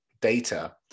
data